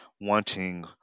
wanting